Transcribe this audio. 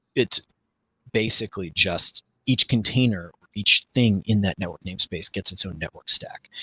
it's basically just each container, each thing in that network name space gets its own network stack.